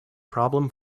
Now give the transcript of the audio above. problem